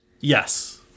yes